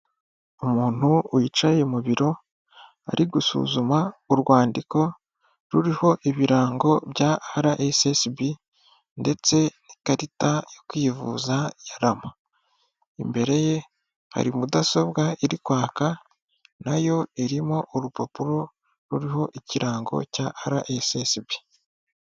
Umuntu wicaye mu biro, ari gusuzuma urwandiko ruriho ibirango bya Ara esesibi ndetse n'ikarita yo kwivuza ya rama. Imbere ye hari mudasobwa iri kwaka, na yo irimo urupapuro ruriho ikirango cya Ara esesibi.